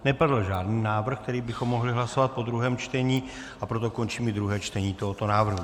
Nepadl žádný návrh, který bychom mohli hlasovat po druhém čtení, a proto končím i druhé čtení tohoto návrhu.